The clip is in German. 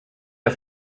der